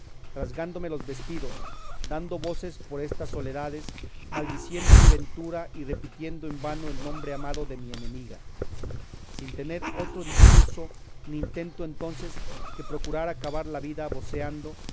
rasgándome los vestidos dando voces por estas soledades maldiciendo mi ventura y repitiendo en vano el nombre amado de mi enemiga sin tener otro discurso ni intento entonces que procurar acabar la vida voceando